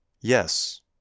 Yes